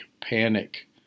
panic